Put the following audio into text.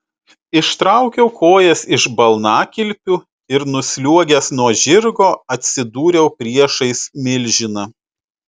ištraukiau kojas iš balnakilpių ir nusliuogęs nuo žirgo atsidūriau priešais milžiną